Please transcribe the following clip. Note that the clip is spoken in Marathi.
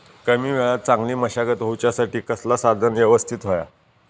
कमी वेळात चांगली मशागत होऊच्यासाठी कसला साधन यवस्तित होया?